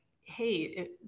hey